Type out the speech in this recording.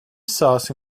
saß